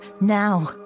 Now